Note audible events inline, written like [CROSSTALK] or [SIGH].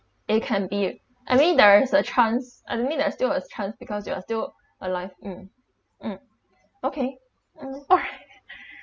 it can be a I mean there is a chance I mean there's still a chance because you are still alive mm mm okay mm bye [LAUGHS]